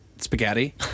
spaghetti